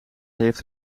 heeft